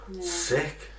Sick